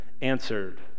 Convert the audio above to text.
answered